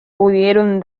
pudieron